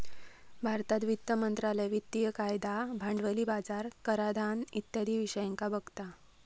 भारतात वित्त मंत्रालय वित्तिय कायदा, भांडवली बाजार, कराधान इत्यादी विषयांका बघता